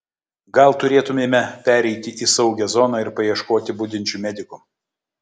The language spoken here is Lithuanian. gal turėtumėme pereiti į saugią zoną ir paieškoti budinčių medikų